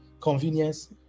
convenience